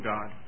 God